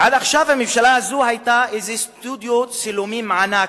עד עכשיו הממשלה הזאת היתה איזה סטודיו צילומים ענק,